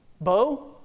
Bo